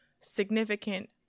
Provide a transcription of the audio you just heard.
significant